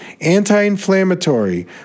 anti-inflammatory